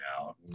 out